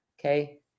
okay